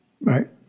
Right